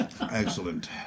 Excellent